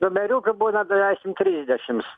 numeriukai būna dešim trisdešims